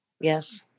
Yes